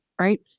right